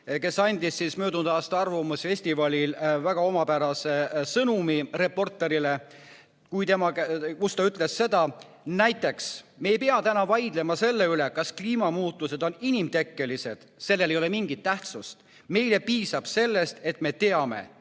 kes andis möödunud aasta arvamusfestivalil väga omapärase sõnumi reporterile, kui ta ütles seda: "Näiteks, me ei pea täna vaidlema selle üle, kas kliimamuutused on inimtekkelised. Sellel ei ole mingit tähtsust. Meile piisab sellest, et me teame, et